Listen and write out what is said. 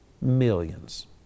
millions